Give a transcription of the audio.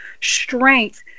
strength